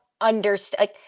understand